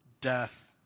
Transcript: Death